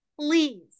please